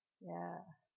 ya